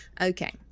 Okay